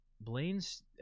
Blaine's